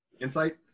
Insight